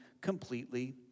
completely